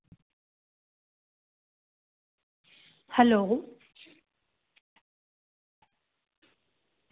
hello